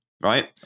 right